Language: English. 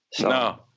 No